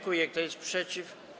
Kto jest przeciw?